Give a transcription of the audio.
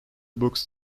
books